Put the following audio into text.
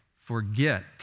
forget